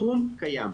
הסכום קיים.